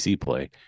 play